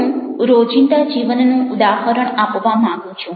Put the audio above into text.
હું રોજિંદા જીવનનું ઉદાહરણ આપવા માંગું છું